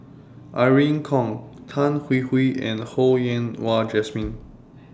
Irene Khong Tan Hwee Hwee and Ho Yen Wah Jesmine